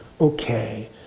okay